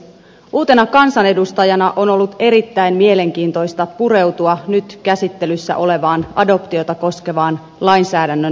uutena kansanedustajana on ollut erittäin mielenkiintoista pureutua nyt käsittelyssä olevaan adoptiota koskevaan lainsäädännön uudistamiseen